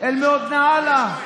"אל מאוד נעלה".